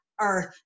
earth